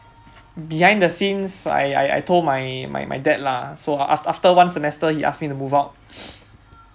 behind the scenes I I I told my my my dad lah so af~ af~ after one semester he asked me to move out